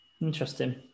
interesting